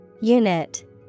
Unit